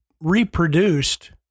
reproduced